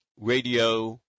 radio